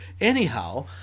Anyhow